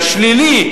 השלילי,